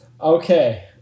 Okay